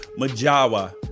Majawa